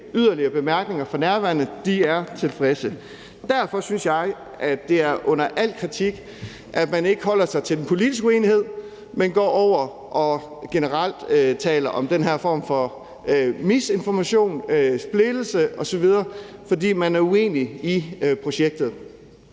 yderligere bemærkninger for nærværende; de er tilfredse. Derfor synes jeg, at det er under al kritik, at man ikke holder sig til den politiske uenighed, men går over og taler generelt om den her form for misinformation, splittelse osv., fordi man er uenig i projektet.